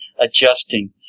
adjusting